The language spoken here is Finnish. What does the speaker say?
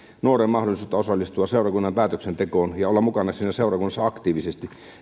nuorten mahdollisuutta osallistua seurakunnan päätöksentekoon ja olla mukana siinä seurakunnassa aktiivisesti